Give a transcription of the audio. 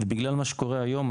ובגלל מה שקורה היום,